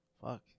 Fuck